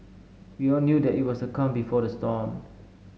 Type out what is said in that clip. we all knew that it was a calm before the storm